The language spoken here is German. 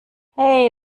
hey